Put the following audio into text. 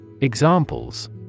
Examples